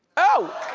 oh!